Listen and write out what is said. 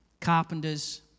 carpenters